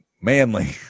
manly